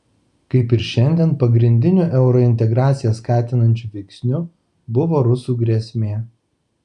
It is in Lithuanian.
kaip ir šiandien pagrindiniu eurointegraciją skatinančiu veiksniu buvo rusų grėsmė